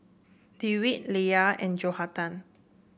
Dewitt Leia and Johathan